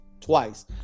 Twice